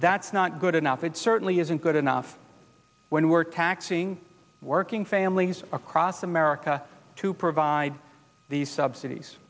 that's not good enough it certainly isn't good enough when we're taxing working families across america to provide these subsidies